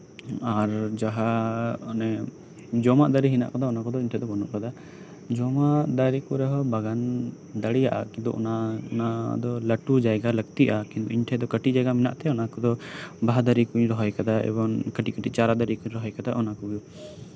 ᱟᱨ ᱡᱟᱦᱟᱸ ᱚᱱᱮ ᱡᱚᱢᱟᱜ ᱫᱟᱨᱮ ᱠᱚ ᱢᱮᱱᱟᱜ ᱟᱠᱟᱫᱟ ᱚᱱᱟ ᱠᱚᱫᱚ ᱤᱧ ᱴᱷᱮᱱ ᱫᱚ ᱵᱟᱹᱱᱩᱜ ᱟᱠᱟᱫᱟ ᱡᱚᱢᱟᱜ ᱫᱟᱨᱮ ᱠᱚᱨᱮ ᱦᱚᱸ ᱵᱟᱜᱟᱱ ᱫᱟᱲᱮᱭᱟᱜᱼᱟ ᱠᱤᱱᱛᱩ ᱚᱱᱟ ᱫᱚ ᱞᱟᱹᱴᱩ ᱡᱟᱭᱜᱟ ᱞᱟᱹᱠᱛᱤᱜᱼᱟ ᱤᱧ ᱴᱷᱮᱱ ᱫᱚ ᱠᱟᱹᱴᱤᱡ ᱡᱟᱭᱜᱟ ᱢᱮᱱᱟᱜ ᱛᱮ ᱚᱱᱟᱠᱚᱫᱚ ᱵᱟᱦᱟ ᱫᱟᱨᱮᱹᱠᱚᱧ ᱨᱚᱦᱚᱭ ᱟᱠᱟᱫᱟ ᱮᱵᱚᱝ ᱠᱟᱹᱴᱤᱡ ᱠᱟᱹᱴᱤᱡ ᱪᱟᱨᱟ ᱫᱟᱨᱮ ᱠᱚᱧ ᱨᱚᱦᱚᱭ ᱟᱠᱟᱫᱟ ᱚᱱᱟ ᱠᱚᱜᱮ